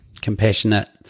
compassionate